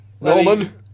Norman